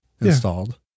installed